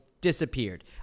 disappeared